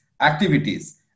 activities